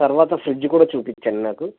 తర్వాత ఫ్రిడ్జ్ కూడా చూపించండి నాకు